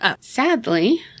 sadly